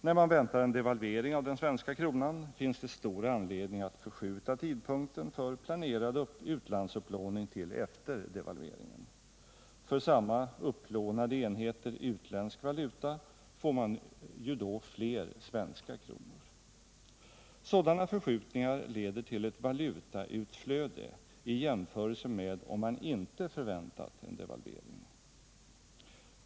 När man väntar en devalvering av den svenska kronan finns det stor anledning att förskjuta tidpunkten för planerad utlandsupplåning till efter devalveringen. För samma upplånade enheter utländsk valuta får man ju då fler svenska kronor. Sådana förskjutningar leder till ett valutautflöde i jämförelse med om man inte förväntat en devalvering.